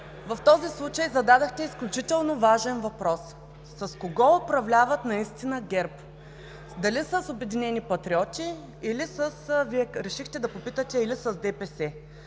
в този случай зададохте изключително важен въпрос. С кого наистина управлява ГЕРБ – дали с „Обединени патриоти“ или с ДПС?